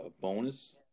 bonus